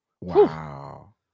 Wow